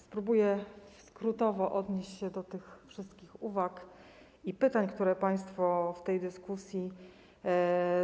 Spróbuję skrótowo odnieść się do tych wszystkich uwag i pytań, które państwo w tej dyskusji